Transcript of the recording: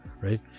right